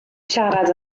siarad